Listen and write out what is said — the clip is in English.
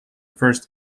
first